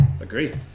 Agree